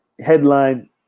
Headline